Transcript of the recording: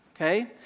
Okay